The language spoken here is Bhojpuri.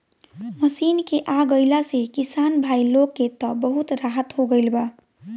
मशीन के आ गईला से किसान भाई लोग के त बहुत राहत हो गईल बा